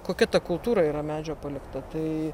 kokia ta kultūra yra medžio palikta tai